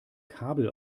kabel